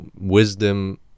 wisdom